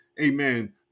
Amen